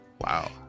Wow